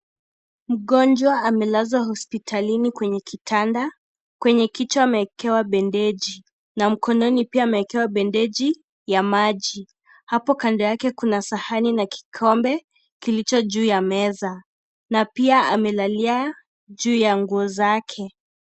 Mgonjwa amelazwa hospitalini kwenye kitanda. Kwenye kichwa amewekewa bandeji na mkononi pia amewekewa bandeji ya maji. Hapo kando yake, kuna sahani na kikombe kilicho juu ya meza na pia amelalia juu ya nguo zake.